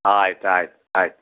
ಆಯ್ತು ಆಯ್ತು ಆಯ್ತು